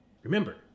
Remember